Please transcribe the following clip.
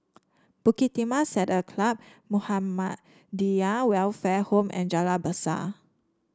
Bukit Timah Saddle Club Muhammadiyah Welfare Home and Jalan Besar